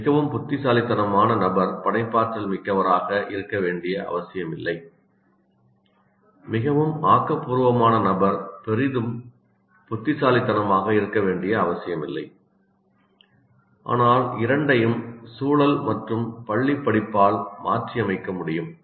மிகவும் புத்திசாலித்தனமான நபர் படைப்பாற்றல் மிக்கவராக இருக்க வேண்டிய அவசியமில்லை மிகவும் ஆக்கபூர்வமான நபர் பெரிதும் புத்திசாலித்தனமாக இருக்க வேண்டிய அவசியமில்லை ஆனால் இரண்டையும் சூழல் மற்றும் பள்ளிப்படிப்பால் மாற்றியமைக்க முடியும்